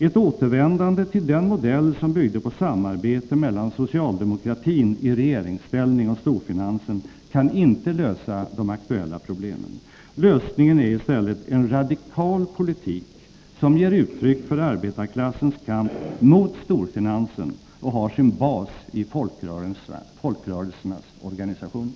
Ett återvändande till den modell som byggde på samarbete mellan socialdemokratin i regeringsställning och storfinansen kan inte lösa de aktuella problemen. Lösningen är i stället en radikal politik som ger uttryck för arbetarklassens kamp mot storfinansen och som har sin bas i folkrörelsernas organisationer.